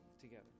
together